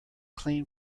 clean